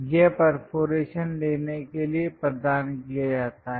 यह परफोर्रेशन लेने के लिए प्रदान किया जाता है